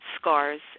scars